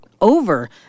over